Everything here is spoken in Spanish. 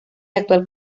actual